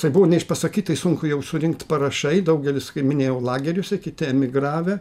tai buvo neišpasakytai sunku jau surinkt parašai daugelis kai minėjau lageriuose kiti emigravę